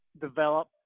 develop